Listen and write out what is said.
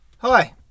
Hi